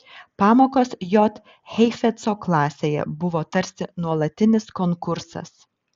pamokos j heifetzo klasėje buvo tarsi nuolatinis konkursas